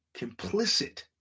complicit